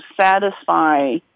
satisfy